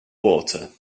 water